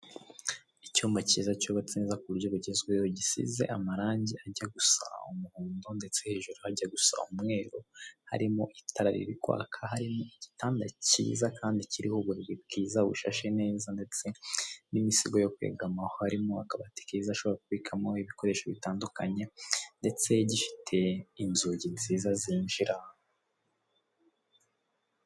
Icyumba cyiza cyubatse neza kuburyo bugezweho gishizwe marange ajya gusa umuhondo ndetse hejuru hajya gusa umweru harimo itara riri kwaka ,igitanda cyiza kandi kiriho uburiri bwiza bushashe neza ndetse n'imisego yo kwegamaho harimo akabati keza ushobora kubikamo ibikoresho bitandukanye ndetse gifite inzugi nziza zinjira .